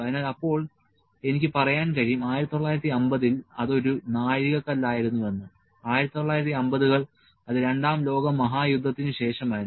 അതിനാൽ അപ്പോൾ എനിക്ക് പറയാൻ കഴിയും 1950 ൽ അത് ഒരു നാഴികക്കല്ലായിരുന്നുവെന്ന് 1950 കൾ അത് രണ്ടാം ലോക മഹായുദ്ധത്തിന് ശേഷമായിരുന്നു